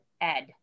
Ed